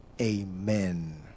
amen